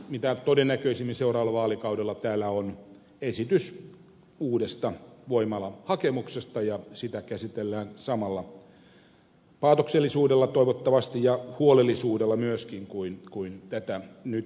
mitä todennäköisimmin seuraavalla vaalikaudella täällä on esitys uudesta voimalahakemuksesta ja sitä käsitellään toivottavasti samalla paatoksellisuudella ja huolellisuudella myöskin kuin tätä nykyistä esitystä